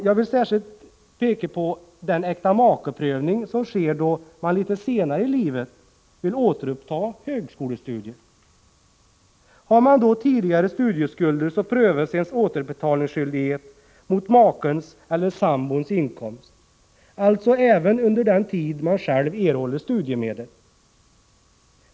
Jag vill här särskilt peka på den äktamakeprövning som sker då man litet senare i livet vill återuppta högskolestudier. Har man tidigare studieskulder, prövas ens återbetalningsskyldighet mot makens eller sambons inkomst, alltså även under den tid då man själv erhåller studiemedel.